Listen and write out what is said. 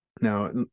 now